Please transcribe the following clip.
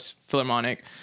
Philharmonic